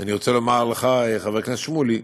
אני רוצה לומר לך, חבר הכנסת שמולי,